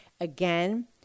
again